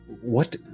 what-